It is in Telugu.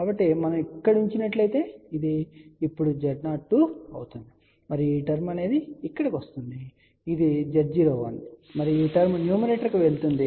కాబట్టి మనం ఇక్కడ ఉంచినట్లయితే ఇది ఇప్పుడు Z02 అవుతుంది మరియు ఈ టర్మ్ ఇక్కడకు వస్తుంది ఇది Z01 మరియు ఈ టర్మ్ న్యూమరేటర్కు వెళ్తుంది